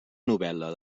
novel·la